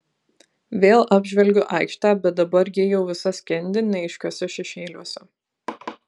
vėl apžvelgiu aikštę bet dabar ji jau visa skendi neaiškiuose šešėliuose